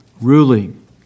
ruling